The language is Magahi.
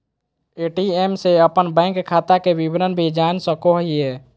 ए.टी.एम से अपन बैंक खाता के विवरण भी जान सको हिये